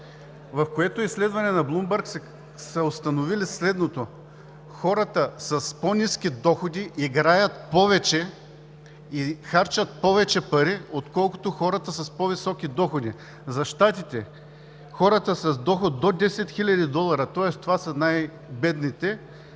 в което изследване са установили следното: хората с по-ниски доходи играят повече и харчат повече пари, отколкото хората с по-високи доходи. За Щатите – хората с доход до 10 хил. долара, тоест това са най-бедните,